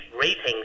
ratings